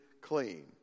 clean